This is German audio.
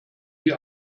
sie